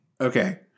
Okay